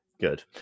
good